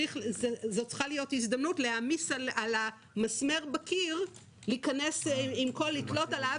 זאת לא צריכה להיות הזדמנות להעמיס על המסמר בקיר ולתלות עליו את